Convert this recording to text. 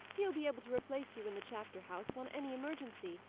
he will be able to replace you in the chapter house upon any emergency,